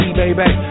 baby